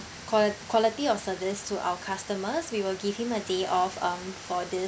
quali~ quality of service to our customers we will give him a day off um for this